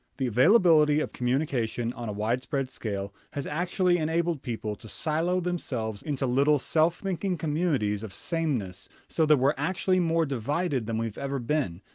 the availability of communication on a widespread scale has actually enabled people to silo themselves into little self-thinking communities of sameness so that we're actually more divided than we've ever been,